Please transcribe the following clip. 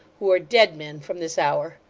who are dead men from this hour.